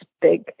big